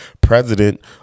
president